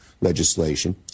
legislation